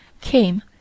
came